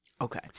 Okay